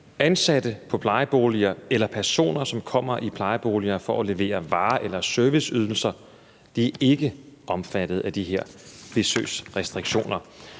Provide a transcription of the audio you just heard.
ansatte på plejeboliger eller personer, som kommer i plejeboliger for at levere varer eller serviceydelser, er ikke omfattet af de her besøgsrestriktioner.